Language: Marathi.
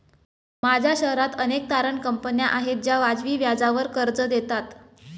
माझ्या शहरात अनेक तारण कंपन्या आहेत ज्या वाजवी व्याजावर कर्ज देतात